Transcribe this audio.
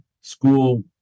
school